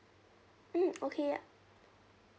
mm okay ya